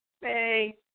Hey